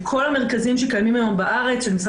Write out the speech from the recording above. כל המרכזים שקיימים היום בארץ של משרד